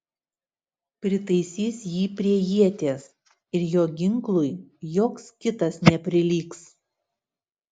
pritaisys jį prie ieties ir jo ginklui joks kitas neprilygs